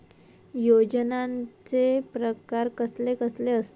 योजनांचे प्रकार कसले कसले असतत?